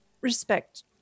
respect